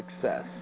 success